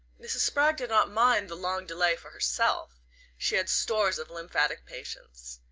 mrs. spragg did not mind the long delay for herself she had stores of lymphatic patience.